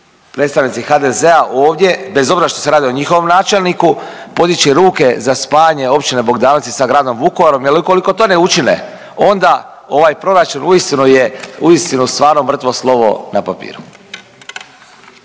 predstavnici HDZ-a ovdje bez obzira što se radi o njihovom načelniku podići ruke za spajanje Općine Bogdanovci sa gradom Vukovarom jel ukoliko to ne učine onda ovaj proračun uistinu je uistinu stvarno mrtvo slovo na papiru.